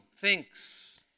thinks